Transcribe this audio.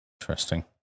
Interesting